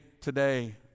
today